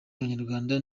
abanyarwanda